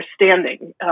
understanding